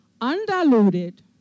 Undiluted